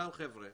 אותם חבר'ה